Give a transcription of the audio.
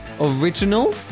Original